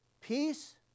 peace